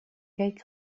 cake